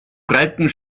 breiten